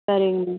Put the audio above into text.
சரிங்க